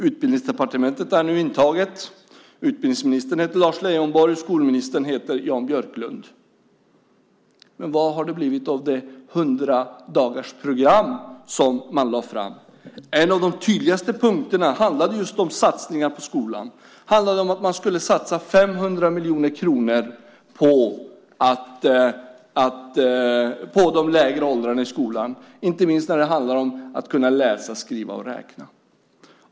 Utbildningsdepartementet är nu intaget. Utbildningsministern heter Lars Leijonborg. Skolministern heter Jan Björklund. Men vad har det blivit av det hundradagarsprogram som man lade fram? En av de tydligaste punkterna handlade just om satsningar på skolan. Det handlade om att man skulle satsa 500 miljoner kronor på de lägre åldrarna i skolan, inte minst när det handlar om att kunna läsa, skriva och räkna.